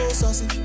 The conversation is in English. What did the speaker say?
saucy